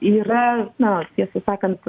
yra na tiesą sakant